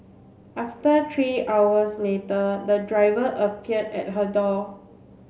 after three hours later the driver appeared at her door